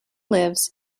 lives